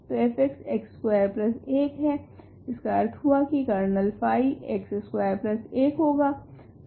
तो f x square 1 है इसका अर्थ हुआ की कर्नल फाई x स्कवेर 1 होगा